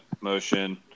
motion